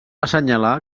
assenyalar